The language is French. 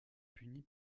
puni